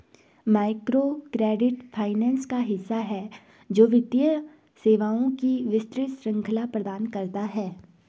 microcredit finance का हिस्सा है, जो वित्तीय सेवाओं की विस्तृत श्रृंखला प्रदान करता है